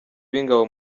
b’ingabo